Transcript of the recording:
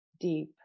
deep